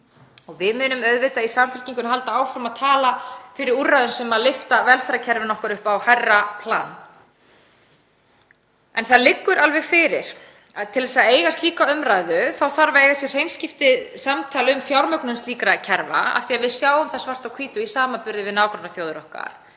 munum auðvitað halda áfram að tala fyrir úrræðum sem lyfta velferðarkerfinu okkar upp á hærra plan. En það liggur alveg fyrir að til þess að eiga slíka umræðu þá þarf að eiga sér stað hreinskiptið samtal um fjármögnun slíkra kerfa af því að við sjáum það svart á hvítu í samanburði við nágrannaþjóðir okkar